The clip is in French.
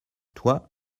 toi